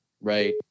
right